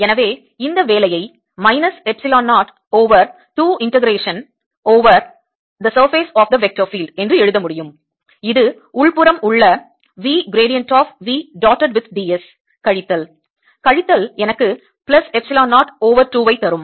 எனவே இந்த வேலையை minus epsilon 0 over 2 integration over the surface of the vector field என்று எழுத முடியும் இது உள்புறம் உள்ள V gradient of V dotted with ds கழித்தல் கழித்தல் எனக்கு பிளஸ் எப்சிலான் 0 ஓவர் 2 ஐ தரும்